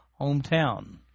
hometown